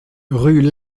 rue